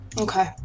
Okay